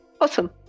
Awesome